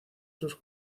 sus